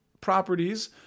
properties